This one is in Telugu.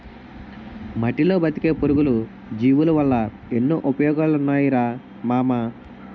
మట్టిలో బతికే పురుగులు, జీవులవల్ల ఎన్నో ఉపయోగాలున్నాయిరా మామా